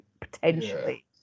potentially